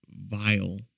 vile